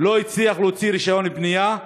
הוא לא הצליח להוציא רישיון בנייה,